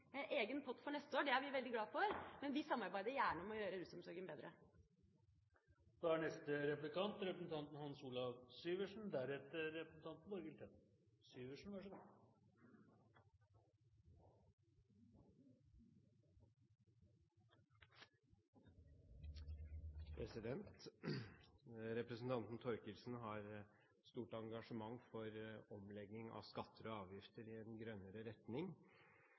egen pott for neste år. Det er vi veldig glade for, men vi samarbeider gjerne om å gjøre rusomsorgen bedre. Representanten Thorkildsen har et stort engasjement for omlegging av skatter og avgifter i en grønnere retning.